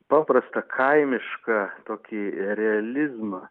paprastą kaimišką tokį realizmą